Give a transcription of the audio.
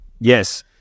Yes